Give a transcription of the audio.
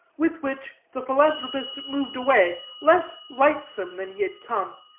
with which the philanthropist moved away less lightsome than he had come,